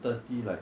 thirty like